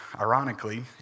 ironically